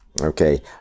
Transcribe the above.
Okay